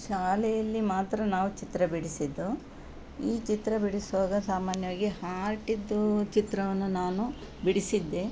ಶಾಲೆಯಲ್ಲಿ ಮಾತ್ರ ನಾವು ಚಿತ್ರ ಬಿಡಿಸಿದ್ದು ಈ ಚಿತ್ರ ಬಿಡಿಸುವಾಗ ಸಾಮಾನ್ಯವಾಗಿ ಹಾರ್ಟಿಂದು ಚಿತ್ರವನ್ನು ನಾನು ಬಿಡಿಸಿದ್ದೆ